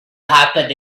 happen